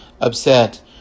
upset